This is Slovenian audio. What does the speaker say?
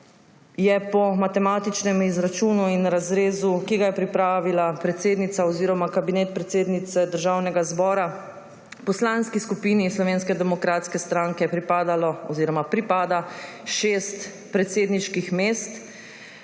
je po matematičnem izračunu in razrezu, ki ga je pripravila predsednica oziroma Kabinet predsednice Državnega zbora, Poslanski skupini Slovenske demokratske stranke pripadalo oziroma pripada šest predsedniških mest,